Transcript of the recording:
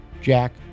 Jack